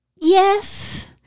yes